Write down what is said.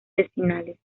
vecinales